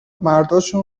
مرداشون